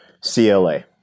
CLA